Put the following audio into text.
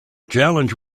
challenge